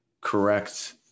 correct